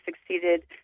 succeeded